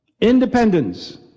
Independence